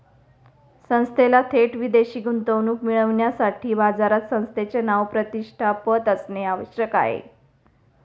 संस्थेला थेट विदेशी गुंतवणूक मिळविण्यासाठी बाजारात संस्थेचे नाव, प्रतिष्ठा, पत असणे आवश्यक आहे